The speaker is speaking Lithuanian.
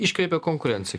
iškreipia konkurenciją